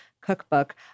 cookbook